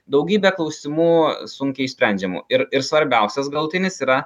daugybė klausimų sunkiai išsprendžiamų ir ir svarbiausias galutinis yra